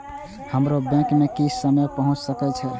हमरो बैंक में की समय पहुँचे के छै?